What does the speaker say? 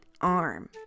arm